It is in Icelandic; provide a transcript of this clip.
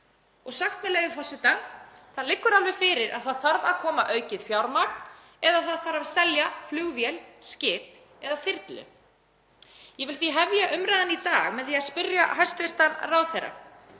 og sagt, með leyfi forseta: „Það liggur alveg fyrir að það þarf að koma aukið fjármagn eða það þyrfti að selja flugvél, skip eða þyrlu.“ Ég vil því hefja umræðuna í dag með því að spyrja hæstv. ráðherra: